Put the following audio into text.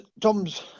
Tom's